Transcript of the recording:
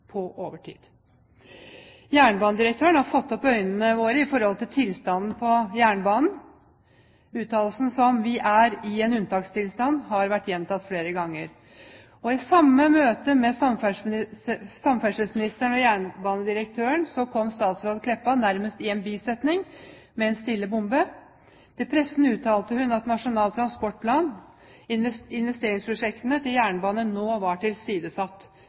på overtid. Jernbanedirektøren har fått opp øynene våre for tilstanden på jernbanen. Uttalelsen om at vi er i en unntakstilstand, har vært gjentatt flere ganger. Etter møtet med samferdselsministeren og jernbanedirektøren kom statsråd Meltveit Kleppa nærmest i en bisetning med en stille bombe: Til pressen uttalte hun at Nasjonal transportplans investeringsprosjekter til jernbane nå var tilsidesatt.